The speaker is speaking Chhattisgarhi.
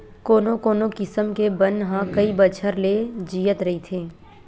कोनो कोनो किसम के बन ह कइ बछर ले जियत रहिथे